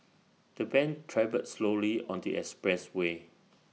the van travelled slowly on the expressway